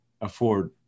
afford